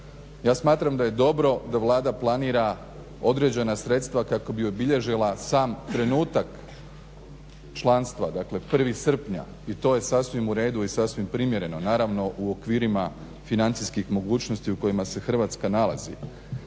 Ja smatram da je dobro da Vlada planira određena sredstva kako bi obilježila sam trenutak članstva, dakle 1. srpnja i to sasvim u redu i sasvim primjereno naravno u okvirima financijskih mogućnosti u kojima se Hrvatska nalazi.